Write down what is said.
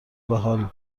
بحال